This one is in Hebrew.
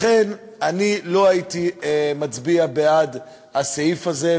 לכן, אני לא הייתי מצביע בעד הסעיף הזה.